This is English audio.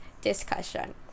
discussion